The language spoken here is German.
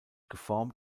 geformt